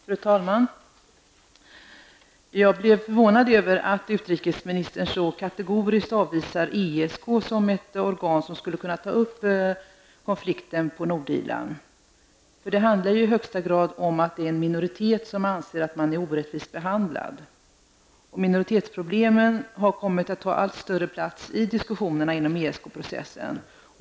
Fru talman! Jag blev också förvånad över att utrikesministern så kategoriskt avvisar ESK som ett organ som skulle kunna ta upp frågan om konflikten på Nordirland. Det handlar i högsta grad om att en minoritet i ett land anser sig orättvist behandlad. Minoritetsproblemen har kommit att ta allt större plats i diskussionerna inom ESK-processen.